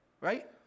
Right